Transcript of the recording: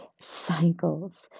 cycles